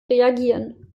reagieren